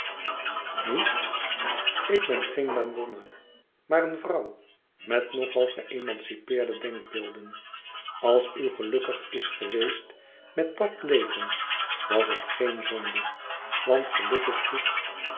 niet ik ben geen madonna maar een vrouw met nog al geëmancipeerde denkbeelden als u gelukkig is geweest met dat leven was het geen zonde want geluk is goed